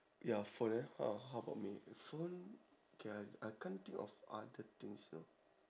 ya phone ah what how about me phone K I I can't think of other things you know